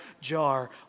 jar